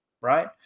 Right